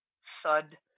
sud